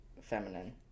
feminine